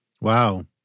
Wow